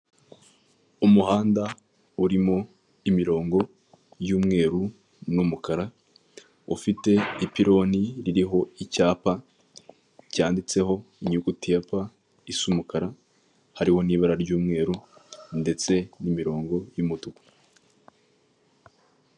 Umuhanda urimo imirongo y'umweru n'umukara, ufite ipironi ririho icyapa cyanditseho inyuguti ya pa isa umukara, hariho n'ibara ry'umweru, ndetse n'imirongo y'umutuku.